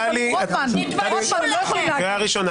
קודם